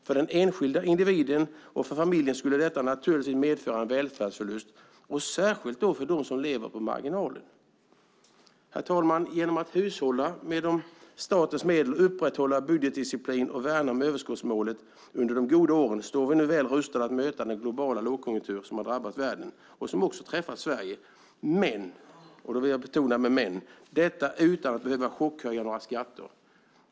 För den enskilda individen och för familjen skulle det naturligtvis medföra en välfärdsförlust, särskilt för dem som lever på marginalen. Herr talman! Genom att hushålla med statens medel, upprätthålla budgetdisciplin och värna överskottsmålet under de goda åren står vi nu väl rustade att möta den globala långkonjunktur som drabbat världen och som också träffat Sverige - men, och jag vill betona men, utan att behöva chockhöja skatterna.